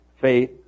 faith